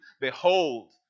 Behold